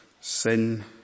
sin